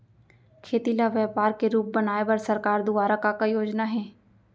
खेती ल व्यापार के रूप बनाये बर सरकार दुवारा का का योजना हे?